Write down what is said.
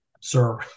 sir